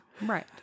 Right